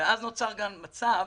נוצר מצב